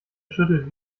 schüttelt